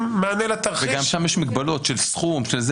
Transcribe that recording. מענה לתרחיש --- וגם של מגבלות של סכום ועוד.